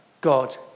God